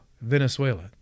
Venezuela